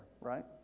right